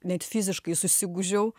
net fiziškai susigūžiau